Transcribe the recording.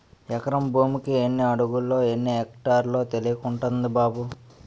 ఎకరం భూమికి ఎన్ని అడుగులో, ఎన్ని ఎక్టార్లో తెలియకుంటంది బాబూ